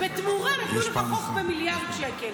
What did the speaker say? בתמורה נתנו לך חוק במיליארד שקל.